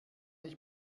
ich